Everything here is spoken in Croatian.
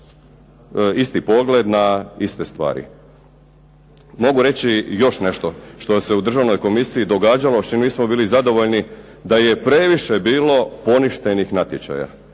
isti pogled na iste stvari. Mogu reći još nešto što se u Državnoj komisiji događalo s čim nismo bili zadovoljni da je previše bilo poništenih natječaja.